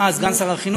חינוך.